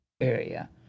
area